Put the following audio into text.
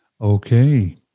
Okay